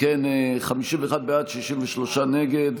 בעד, 51, נגד,